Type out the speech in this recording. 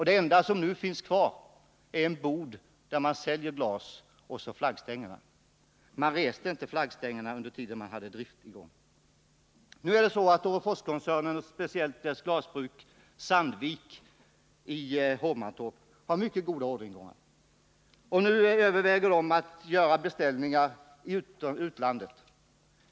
Det enda som nu finns kvar är en bod där man säljer glas samt flaggstängerna som inte var resta när driften pågick. Orreforskoncernen och speciellt dess glasbruk Sandvik i Hovmantorp har mycket god orderingång. Koncernen överväger nu att lägga sina beställningar i utlandet.